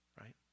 right